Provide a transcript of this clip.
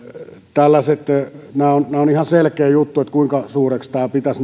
on ihan selkeä juttu kuinka suureksi tämä pitäisi